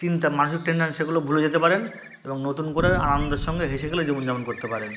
চিন্তা মানসিক টেনশন সেগুলো ভুলে যেতে পারেন এবং নতুন করে আনন্দের সঙ্গে হেসে খেলে জীবনযাপন করতে পারেন